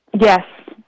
Yes